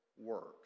works